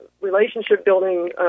relationship-building